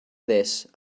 this